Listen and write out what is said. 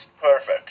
perfect